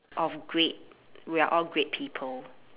of great we are all great people